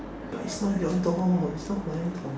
but it's not your door it's not my door